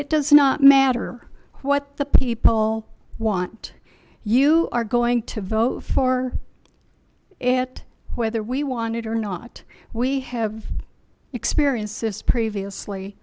it does not matter what the people want you are going to vote for it whether we want it or not we have experienced this previously